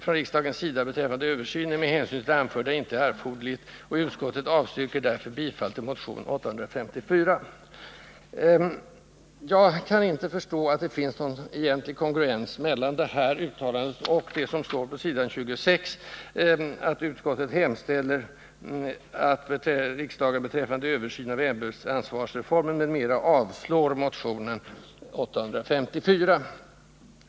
Jag kan inte förstå att det finns någon egentlig kongruens mellan detta uttalande och det som står på s. 26, att utskottet hemställer ”att riksdagen beträffande översyn av ämbetsansvarsreformen m.m. avslår motionen 1978/79:854”.